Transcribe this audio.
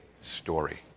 story